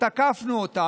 ותקפנו אותם.